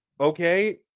Okay